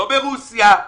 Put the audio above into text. לא ברוסיה,